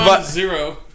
zero